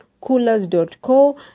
coolers.co